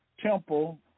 temple